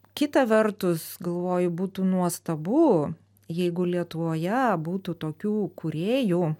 kita vertus galvoju būtų nuostabu jeigu lietuvoje būtų tokių kūrėjų